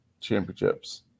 championships